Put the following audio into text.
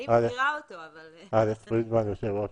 אני יושב-ראש